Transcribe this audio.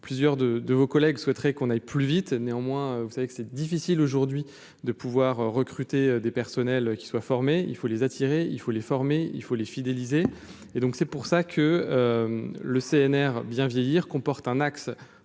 plusieurs de de vos collègues qu'on aille plus vite, néanmoins, vous savez que c'est difficile aujourd'hui de pouvoir recruter des personnels qui soient formés, il faut les attirer, il faut les former, il faut les fidéliser et donc c'est pour ça que le CNR bien vieillir comporte un axe